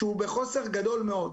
שהוא בחוסר גדול מאוד,